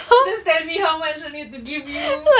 just tell me how much I need to give you